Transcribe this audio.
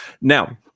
Now